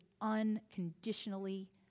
unconditionally